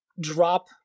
drop